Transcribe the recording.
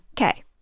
okay